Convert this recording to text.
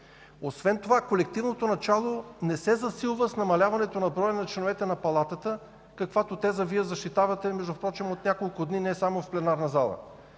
Освен това колективното начало не се засилва с намаляването на броя на членовете на Палатата, каквато теза Вие защитавате от няколко дни не само в пленарната зала.